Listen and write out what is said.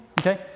okay